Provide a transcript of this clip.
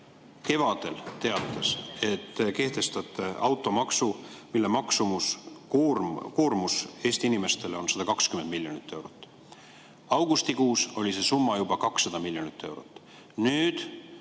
kevadel teatas, et te kehtestate automaksu, mille maksumus, koormus Eesti inimestele on 120 miljonit eurot. Augustikuus oli see summa juba 200 miljonit eurot. Nüüd